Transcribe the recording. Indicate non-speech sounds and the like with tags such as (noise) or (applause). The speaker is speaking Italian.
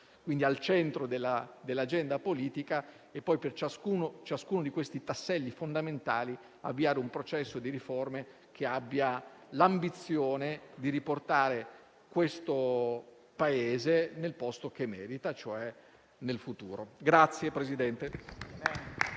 scuola al centro della dell'agenda politica; inoltre, per ciascuno di questi tasselli fondamentali occorre avviare un processo di riforme che abbia l'ambizione di riportare questo Paese nel posto che merita, cioè nel futuro. (applause)